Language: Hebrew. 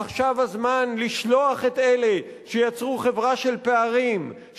עכשיו הזמן לשלוח את אלה שיצרו חברה של פערים,